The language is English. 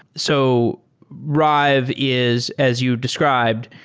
so rive is as you described,